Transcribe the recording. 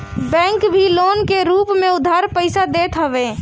bank भी loan के रूप में उधार पईसा देत हवे